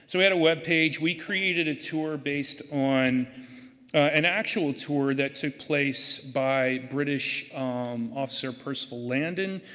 so had a web page. we created a tour based on an actual tour that took place by british um officer percival landon,